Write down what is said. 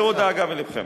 העבירו דאגה מלבכם.